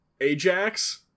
Ajax